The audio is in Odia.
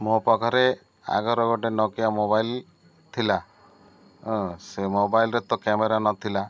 ମୋ ପାଖରେ ଆଗର ଗୋଟେ ନୋକିଆ ମୋବାଇଲ ଥିଲା ହଁ ସେ ମୋବାଇଲରେ ତ କ୍ୟାମେରା ନଥିଲା